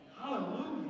Hallelujah